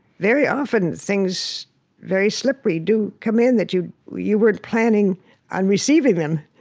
very often things very slippery do come in that you you weren't planning on receiving them.